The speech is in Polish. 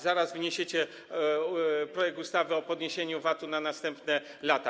Zaraz wniesiecie projekt ustawy o podniesieniu VAT-u na następne lata.